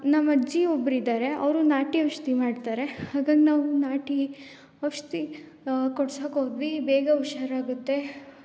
ನಮ್ಮಜ್ಜಿ ಒಬ್ರು ಇದಾರೆ ಅವರು ನಾಟಿ ಔಷಧಿ ಮಾಡ್ತಾರೆ ಹಾಗಾಗಿ ನಾವು ನಾಟಿ ಔಷಧಿ ಕೊಡಿಸೋಕೋದ್ವಿ ಬೇಗ ಹುಷಾರಾಗುತ್ತೆ